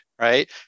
right